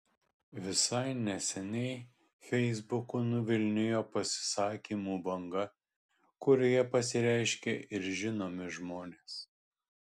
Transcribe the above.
visai neseniai feisbuku nuvilnijo pasisakymų banga kurioje pasireiškė ir žinomi žmonės